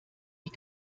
die